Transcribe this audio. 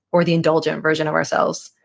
or the indulgent version of ourselves?